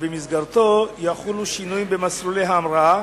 שבמסגרתו יחולו שינויים במסלולי ההמראה,